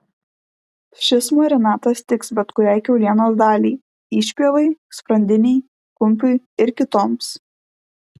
šis marinatas tiks bet kuriai kiaulienos daliai išpjovai sprandinei kumpiui ir kitoms